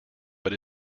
but